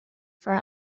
for